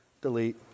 Delete